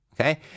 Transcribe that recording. okay